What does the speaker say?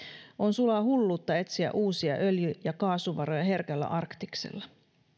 on sulaa hulluutta etsiä uusia öljy ja kaasuvaroja herkällä arktiksella